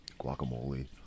guacamole